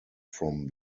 from